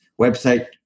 website